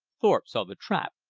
thorpe saw the trap,